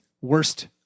worst